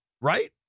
Right